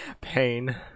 Pain